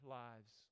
lives